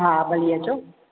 हा भली अचो